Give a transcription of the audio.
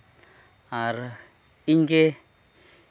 ᱟᱨ ᱤᱧ ᱜᱮ